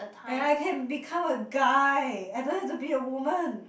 and I can become a guy I don't have to be a woman